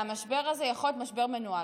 והמשבר הזה יכול להיות משבר מנוהל.